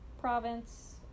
province